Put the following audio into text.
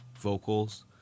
vocals